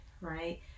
right